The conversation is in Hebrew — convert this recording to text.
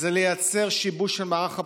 זה לייצר שיבוש של מערך הבחירות.